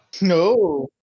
No